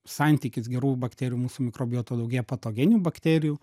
santykis gerų bakterijų mūsų mikrobiota daugėja patogeninių bakterijų